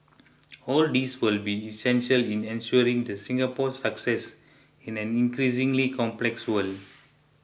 all these will be essential in ensuring the Singapore's success in an increasingly complex world